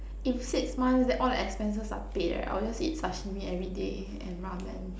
if six months then all the expenses are paid right I will just eat Sashimi everyday and Ramen